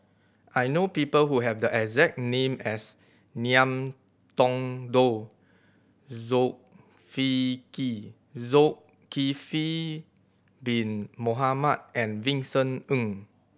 I know people who have the exact name as Ngiam Tong Dow Zulkifli Bin Mohamed and Vincent Ng